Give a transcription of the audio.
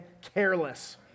Careless